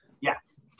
Yes